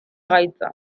gaitza